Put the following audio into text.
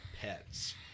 pets